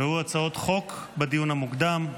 הצעות חוק בדיון המוקדם.